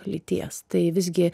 lyties tai visgi